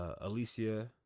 Alicia